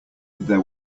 there